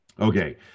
Okay